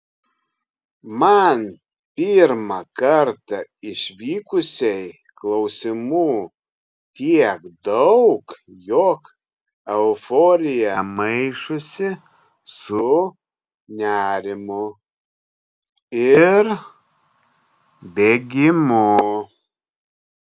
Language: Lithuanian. man pirmą kartą išvykusiai klausimų tiek daug jog euforija maišosi su nerimu ir bėgimu